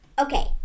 Okay